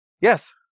Yes